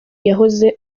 yahoze